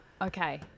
Okay